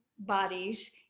bodies